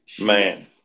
Man